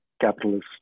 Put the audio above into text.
capitalist